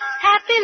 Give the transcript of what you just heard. happy